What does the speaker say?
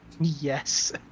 Yes